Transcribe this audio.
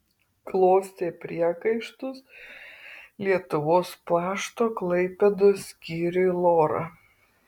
klostė priekaištus lietuvos pašto klaipėdos skyriui lora